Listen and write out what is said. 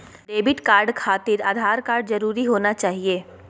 Debit card खातिर Aadhaar card जरूरी होना चाहिए?